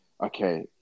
okay